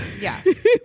Yes